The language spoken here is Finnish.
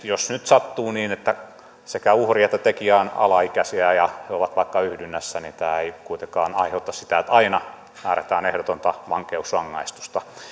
jos nyt esimerkiksi sattuu niin että sekä uhri että tekijä ovat alaikäisiä ja he ovat vaikka yhdynnässä niin tämä ei kuitenkaan aiheuta sitä että aina määrätään ehdotonta vankeusrangaistusta